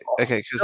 okay